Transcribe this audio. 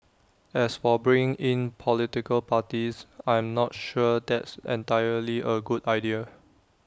as for bringing in political parties I'm not sure that's entirely A good idea